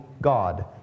God